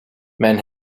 men